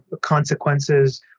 consequences